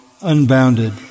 unbounded